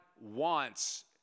wants